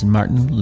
Martin